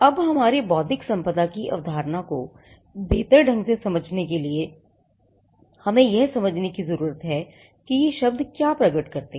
अब हमारे लिए बौद्धिक संपदा की अवधारणा को बेहतर ढंग से समझने के लिए हमें यह समझने की जरूरत है कि ये शब्द क्या प्रकट करते हैं